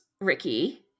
Ricky